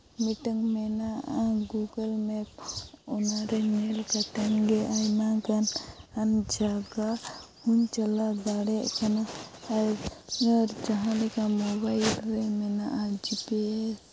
ᱢᱤᱫᱴᱟᱹᱝ ᱢᱮᱱᱟᱜᱼᱟ Google map ᱚᱱᱟ ᱨᱮ ᱧᱮᱞ ᱠᱟᱛᱮᱱ ᱜᱮ ᱟᱭᱢᱟ ᱜᱟᱱ ᱡᱟᱭᱜᱟ ᱦᱚᱸᱧ ᱪᱟᱞᱟᱣ ᱫᱟᱲᱮᱭᱟᱜ ᱠᱟᱱᱟ ᱟᱨ ᱡᱟᱦᱟᱸ ᱞᱮᱠᱟ ᱢᱳᱵᱟᱭᱤᱞ ᱨᱮ ᱢᱮᱱᱟᱜᱼᱟ ᱡᱮᱹ ᱯᱤ ᱮᱹᱥ